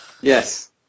Yes